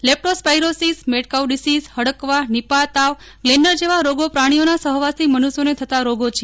લેપ્ટોસ્પાઇરોસીસમેડકાઉ disease હડકવા Nipah તાવગ્લેન્ડર જેવા રોગો પ્રાણીઓના સહવાસથી મનુષ્યોને થતાં રોગો છે